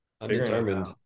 Undetermined